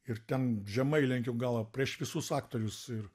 ir ten žemai lenkiu galvą prieš visus aktorius ir